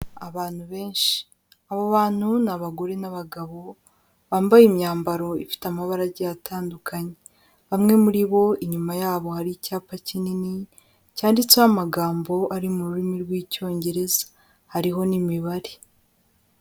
Abantu benshi abo bantu ni abagore n'abagabo bambaye imyambaro ifite amabara agiye atandukanye, bamwe muri bo inyuma yabo hari icyapa kinini cyanditseho amagambo ari mu rurimi rw'Icyongereza hariho n'imibare.